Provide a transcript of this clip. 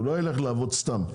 הוא לא ילך לעבוד סתם.